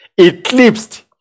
eclipsed